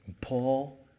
Paul